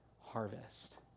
harvest